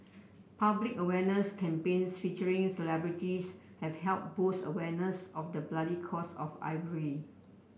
public awareness campaigns featuring celebrities have helped boost awareness of the bloody cost of ivory